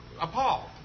appalled